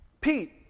Pete